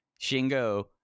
Shingo